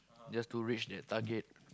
just to reach that target